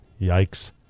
Yikes